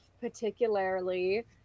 particularly